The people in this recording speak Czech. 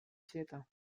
světa